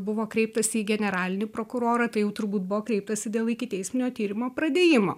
buvo kreiptasi į generalinį prokurorą tai jau turbūt buvo kreiptasi dėl ikiteisminio tyrimo pradėjimo